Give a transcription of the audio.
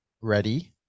ready